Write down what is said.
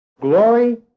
glory